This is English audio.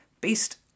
based